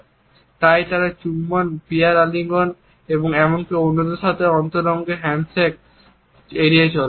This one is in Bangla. এবং তাই তারা চুম্বন বিয়ার আলিঙ্গন এবং এমনকি অন্যদের সাথে অন্তরঙ্গ হ্যান্ডশেক এড়িয়ে চলে